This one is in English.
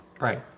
Right